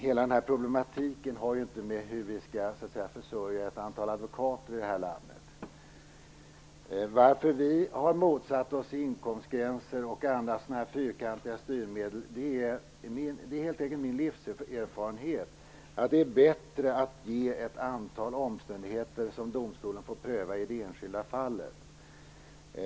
Hela denna problematik handlar ju inte om hur vi skall försörja ett antal advokater i det här landet. Anledningen till att vi har motsatt oss inkomstgränser och andra fyrkantiga styrmedel är helt enkelt min livserfarenhet, nämligen att det är bättre att ge ett antal omständigheter som domstolen får pröva i det enskilda fallet.